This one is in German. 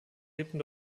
lebten